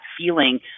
feeling